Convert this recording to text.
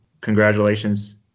congratulations